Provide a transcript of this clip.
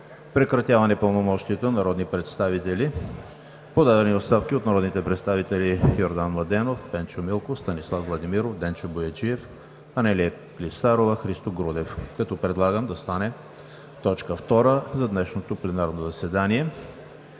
Прекратяване пълномощията на народни представители – подадени оставки от народните представители Йордан Младенов, Пенчо Милков, Станислав Владимиров, Денчо Бояджиев, Анелия Клисарова и Христо Грудев, като предлагам да стане точка втора за днешното пленарно заседание.